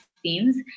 themes